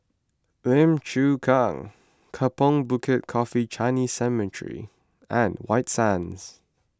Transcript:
Lim Chu Kang Kampong Bukit Coffee Chinese Cemetery and White Sands